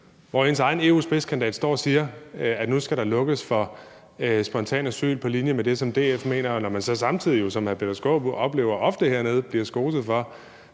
til europaparlamentsvalget står og siger, at nu skal der lukkes for spontanasyl på linje med det, som DF mener. Og når man så samtidig, som hr. Peter Skaarup oplever det ofte hernede, bliver skoset af